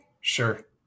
Sure